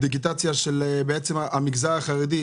המגזר החרדי,